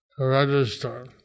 register